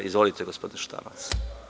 Izvolite, gospodine Šutanovac.